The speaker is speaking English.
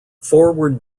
forward